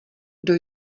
kdo